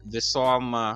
visom a